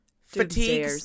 Fatigue